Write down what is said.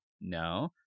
No